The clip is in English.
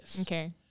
Okay